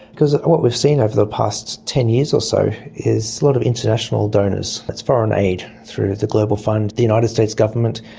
because what we've seen over the past ten years or so is a lot of international donors, that's foreign aid through the global fund, the united states government,